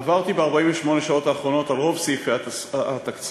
עברתי ב-48 השעות האחרונות על רוב סעיפי התקציב,